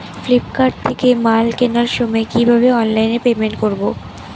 Flipkart থেকে মাল কেনার সময় কিভাবে অনলাইনে পেমেন্ট করব?